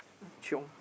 chiong